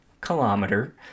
kilometer